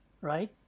right